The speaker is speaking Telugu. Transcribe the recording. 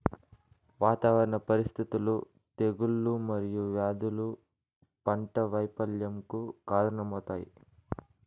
వాతావరణ పరిస్థితులు, తెగుళ్ళు మరియు వ్యాధులు పంట వైపల్యంకు కారణాలవుతాయి